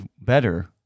better